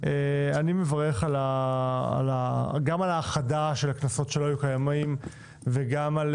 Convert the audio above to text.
אני מברך גם על האחדת הקנסות שלא היו קיימים וגם על